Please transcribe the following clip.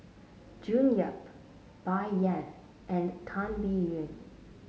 June Yap Bai Yan and Tan Biyun